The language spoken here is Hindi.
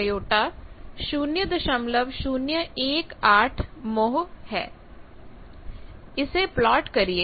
Y 0011− j 0018 ℧ इसे प्लॉट करिए